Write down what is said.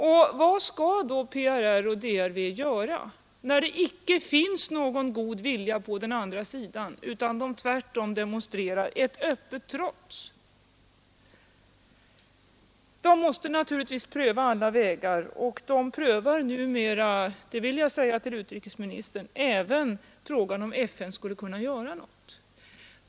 Men vad skall då PRR och DRV göra när det icke finns någon god vilja på den andra sidan utan denna tvärtom demonstrerar ett öppet trots? Naturligtvis måste de pröva alla vägar, och de prövar numera — det vill jag säga till utrikesministern — även frågan om FN skall kunna göra något.